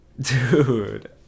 Dude